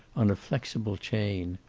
on a flexible chain.